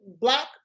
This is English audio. Black